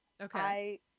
Okay